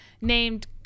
named